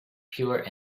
pure